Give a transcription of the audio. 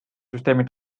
süsteemi